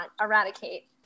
eradicate